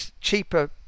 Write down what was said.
cheaper